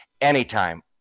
Anytime